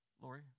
Lori